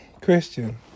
Christian